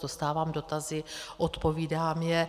Dostávám dotazy, odpovídám je.